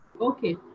Okay